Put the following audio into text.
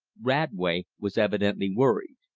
radway was evidently worried.